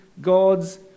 God's